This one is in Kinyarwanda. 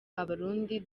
abarundi